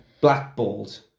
blackballed